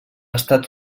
estat